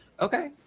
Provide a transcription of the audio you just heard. Okay